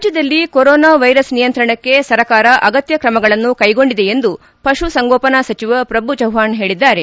ರಾಜ್ಯದಲ್ಲಿ corona virus ನಿಯಂತ್ರಣಕ್ಕೆ ಸರಕಾರ ಅಗತ್ತ ಕ್ರಮಗಳನ್ನು ಕೈಗೊಂಡಿದೆ ಎಂದು ಪಶು ಸಂಗೋಪನಾ ಸಚವ ಪ್ರಭು ಚವ್ವಾಣ್ ಹೇಳಿದ್ದಾರೆ